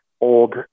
old